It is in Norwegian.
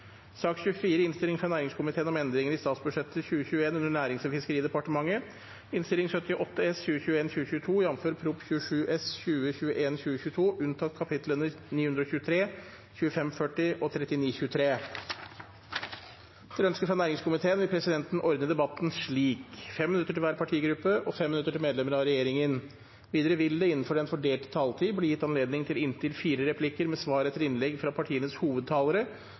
sak nr. 26. Etter ønske fra energi- og miljøkomiteen vil presidenten ordne debatten slik: 3 minutter til hver partigruppe og 3 minutter til medlemmer av regjeringen. Videre vil det – innenfor den fordelte taletid – bli gitt anledning til inntil sju replikker med svar etter innlegg fra